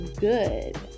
good